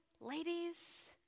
ladies